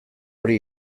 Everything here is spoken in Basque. hori